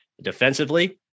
Defensively